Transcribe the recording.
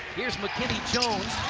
here's mckinney jones.